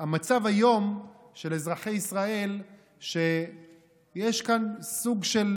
המצב היום של אזרחי ישראל הוא שיש כאן סוג של